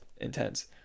intense